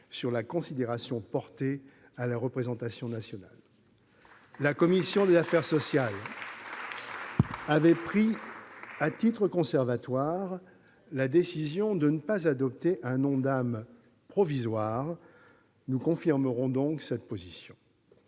sur la considération portée à la représentation nationale. La commission des affaires sociales avait pris, à titre conservatoire, la décision de ne pas adopter un Ondam provisoire. Nous confirmerons donc cette position.